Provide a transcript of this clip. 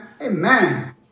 amen